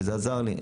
וזה עזר לי,